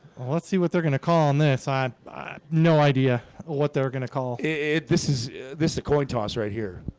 let's see what they're gonna call on this. i've no idea what they're gonna call it. this is this a coin toss right here